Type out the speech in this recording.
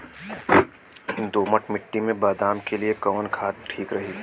दोमट मिट्टी मे बादाम के लिए कवन खाद ठीक रही?